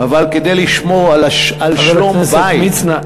אבל כדי לשמור על שלום בית, חבר הכנסת מצנע.